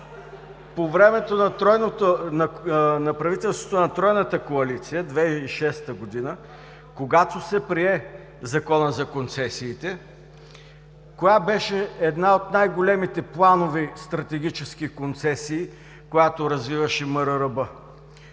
по времето на правителството на тройната коалиция – 2006 г., когато се прие Законът за концесиите, коя беше една от най-големите планови, стратегически концесии, която развиваше МРРБ?